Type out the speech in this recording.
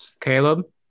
Caleb